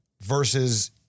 versus